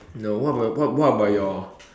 no what about your what what about your